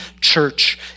church